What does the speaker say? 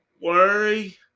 worry